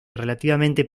relativamente